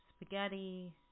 spaghetti